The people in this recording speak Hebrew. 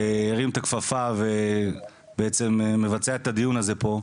שהרים את הכפפה ובעצם מבצע את הדיון הזה פה.